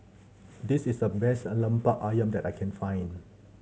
this is the best a lempark ayam that I can find